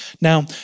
Now